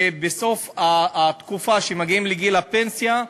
כשבסוף התקופה, כשמגיעים לגיל הפנסיה,